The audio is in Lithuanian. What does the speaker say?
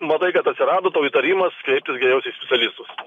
matai kad atsirado tau įtarimas kreiptis geriausia į specialistus